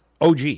OG